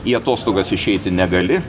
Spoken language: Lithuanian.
į atostogas išeiti negali